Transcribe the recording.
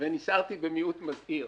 ונשארתי במיעוט מזהיר.